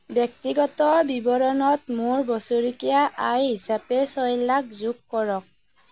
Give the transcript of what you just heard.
ব্যক্তিগত বিৱৰণত মোৰ বছৰেকীয়া আয় হিচাপে ছয় লাখ যোগ কৰক